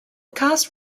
cast